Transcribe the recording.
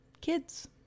kids